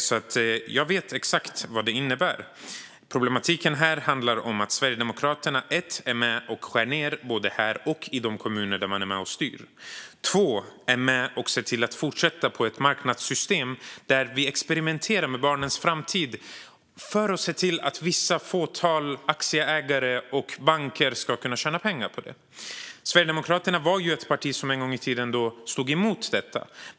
Så jag vet exakt vad detta innebär. Problematiken här handlar om att Sverigedemokraterna för det första är med och skär ned både här och i de kommuner där man är med och styr. För det andra är man med och ser till att vi fortsätter med ett marknadssystem där vi experimenterar med barnens framtid, för att se till att ett fåtal aktieägare och banker ska kunna tjäna pengar på det. Sverigedemokraterna var en gång i tiden ett parti som stod emot detta.